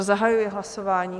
Zahajuji hlasování.